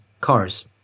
cars